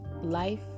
life